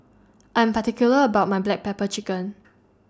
I'm particular about My Black Pepper Chicken